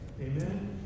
Amen